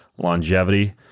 Longevity